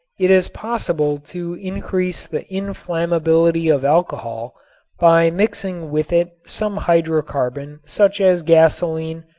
it is possible to increase the inflammability of alcohol by mixing with it some hydrocarbon such as gasoline,